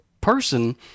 person